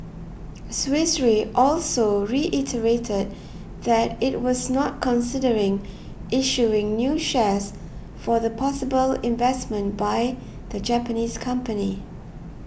Swiss Re also reiterated that it was not considering issuing new shares for the possible investment by the Japanese company